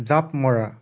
জাঁপ মৰা